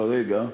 כרגע.